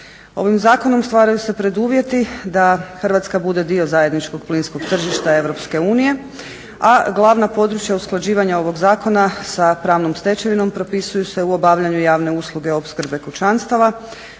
Ovim zakonom stvaraju se preduvjeti da Hrvatska bude dio zajedničkog plinskog tržišta EU, a glavna područja usklađivanja ovog zakona sa pravnom stečevinom propisuju se u obavljanju javne usluge opskrbe kućanstava,